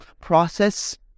process